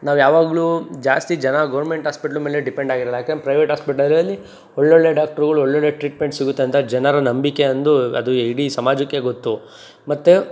ನಾವು ಯಾವಾಗಲೂ ಜಾಸ್ತಿ ಜನ ಗೌರ್ಮೆಂಟ್ ಆಸ್ಪೆಟ್ಲ್ ಮೇಲೆ ಡಿಪೆಂಡಾಗಿರಲ್ಲ ಯಾಕಂದರೆ ಪ್ರೈವೇಟ್ ಹಾಸ್ಪೆಟ್ಲ್ಗಳಲ್ಲಿ ಒಳ್ಳೊಳ್ಳೆ ಡಾಕ್ಟ್ರ್ಗಳು ಒಳ್ಳೊಳ್ಳೆ ಟ್ರೀಟ್ಮೆಂಟ್ ಸಿಗುತ್ತೆ ಅಂತ ಜನರ ನಂಬಿಕೆ ಅಂದು ಅದು ಇಡೀ ಸಮಾಜಕ್ಕೆ ಗೊತ್ತು ಮತ್ತು